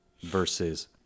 versus